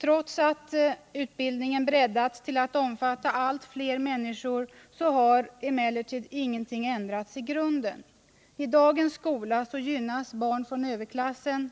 Trots att utbildningen breddats till att omfatta allt fler människor har emellertid ingenting ändrats i grunden. I dagens skola gynnas barn från överklassen.